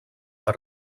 per